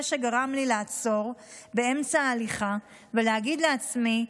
שגרם לי לעצור באמצע ההליכה ולהגיד לעצמי,